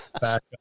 back